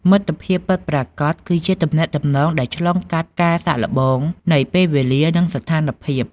មិត្តភាពពិតប្រាកដ គឺជាទំនាក់ទំនងដែលឆ្លងកាត់ការសាកល្បងនៃពេលវេលា និងស្ថានភាព។